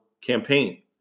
campaign